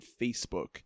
Facebook